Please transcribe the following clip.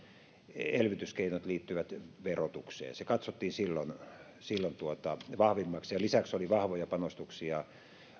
elvytyskeinot liittyivät verotukseen se katsottiin silloin silloin vahvimmaksi ja lisäksi oli vahvoja panostuksia